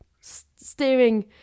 steering